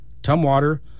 Tumwater